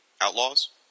Outlaws